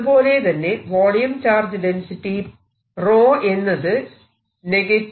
അതുപോലെതന്നെ volume charge density 𝜌 എന്നത് ʹ